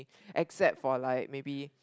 except for like maybe